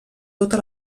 tota